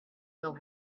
know